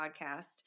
podcast